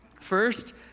First